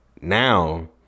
Now